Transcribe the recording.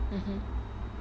mmhmm